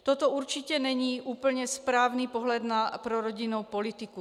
Toto určitě není úplně správný pohled pro rodinnou politiku.